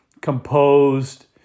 composed